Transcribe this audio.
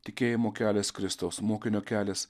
tikėjimo kelias kristaus mokinio kelias